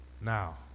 now